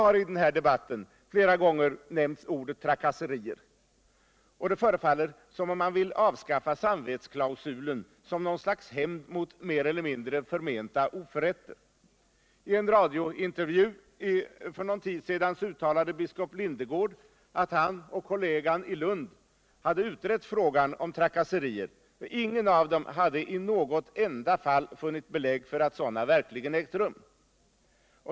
Här har flera gånger nämnts ordet trakasserier, och det verkar som om man vill avskaffa samvetsklausulen som något slags hämnd för mer eller mindre förmenta oförrätter. I en radiointervju för någon tid sedan uttalade biskop Lindegård, att han och kollegan i Lund hade utrett frågan om trakasserier och att ingen av dem i något enda fall funnit belägg för att sådana verkligen ägt rum.